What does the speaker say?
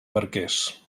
barquers